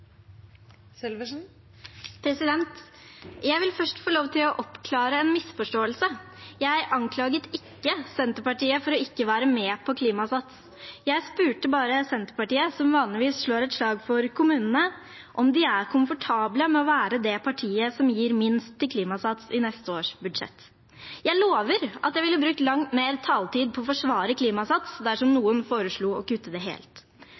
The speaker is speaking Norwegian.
er. Jeg vil først få lov til å oppklare en misforståelse. Jeg anklaget ikke Senterpartiet for ikke å være med på Klimasats. Jeg spurte bare Senterpartiet, som vanligvis slår et slag for kommunene, om de er komfortable med å være det partiet som gir minst til Klimasats i neste års budsjett. Jeg lover at jeg ville brukt langt mer taletid på å forsvare Klimasats dersom noen foreslo å kutte ordningen helt.